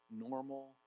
normal